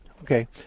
Okay